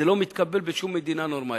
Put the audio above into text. זה לא מתקבל בשום מדינה נורמלית.